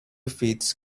feats